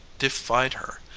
defied her.